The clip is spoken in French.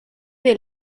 des